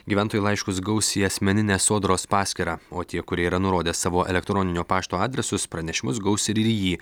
gyventojų laiškus gausiai į asmeninę sodros paskyrą o tie kurie yra nurodę savo elektroninio pašto adresus pranešimus gaus ir lį jį